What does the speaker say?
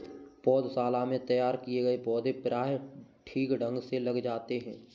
पौधशाला में तैयार किए गए पौधे प्रायः ठीक ढंग से लग जाते हैं